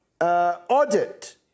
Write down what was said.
audit